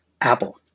Apple